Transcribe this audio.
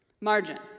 Margin